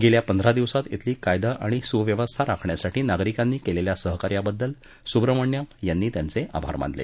गेल्या पंधरा दिवसात श्विली कायदा आणि सुव्यवस्था राखण्यासाठी नागरिकांनी केलेल्या सहकार्याबद्दल सुब्रमण्यम् यांनी त्यांचे आभार मानले